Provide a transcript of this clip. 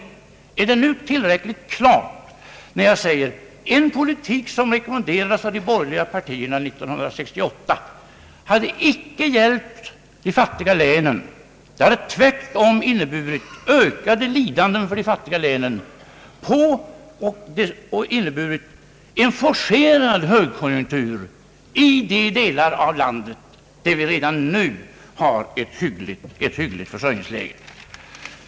Är det nu tillräckligt klart när jag säger: Den politik som rekommenderades av de borgerliga partierna år 1968 hade icke hjälpt de fattiga länen. Den hade tvärtom inneburit ökade lidanden för de fattiga länen och en forcerad högkonjunktur i de delar av landet som redan nu har ett hyggligt försörjningsläge.